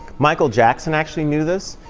michael jackson actually knew this,